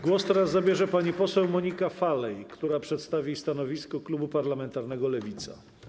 Głos teraz zabierze pani poseł Monika Falej, która przedstawi stanowisko klubu parlamentarnego Lewica.